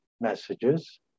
messages